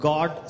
God